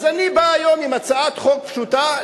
אז אני בא היום עם הצעת חוק פשוטה,